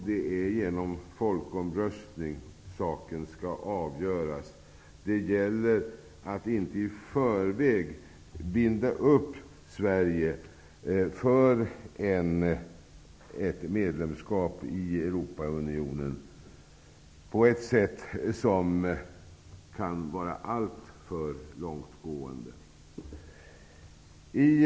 Det är genom folkomröstning som saken skall avgöras. Det gäller att inte i förväg binda upp Sverige för ett medlemskap i Europaunionen på ett alltför långtgående sätt.